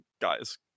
guys